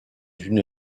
une